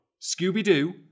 Scooby-Doo